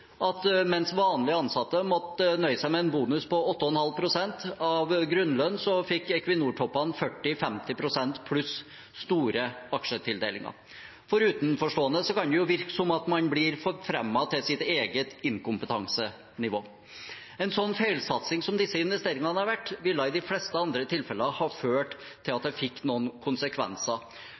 at mens vanlige ansatte måtte nøye seg med en bonus på 8,5 pst. av grunnlønnen, fikk Equinor-toppene 40–50 pst., pluss store aksjetildelinger. For utenforstående kan det virke som man blir forfremmet til sitt eget inkompetansenivå. En sånn feilsatsing som disse investeringene har vært, ville i de fleste andre tilfeller ha ført til at det fikk noen konsekvenser.